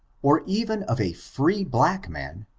or even of a free black man,